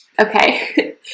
Okay